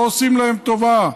לא עושים להם טובה,